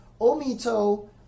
Omito